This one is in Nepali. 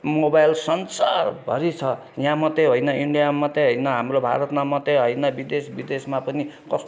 मोबाइल संसारभरि छ यहाँ मात्रै होइन इन्डियामा मात्रै होइन हाम्रो भारतमा मात्रै होइन विदेश विदेशमा पनि कस्तो